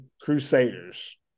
Crusaders